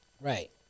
Right